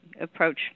approach